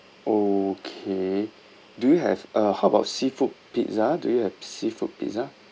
okay do you have uh how about seafood pizza do you have seafood pizza